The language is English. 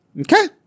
Okay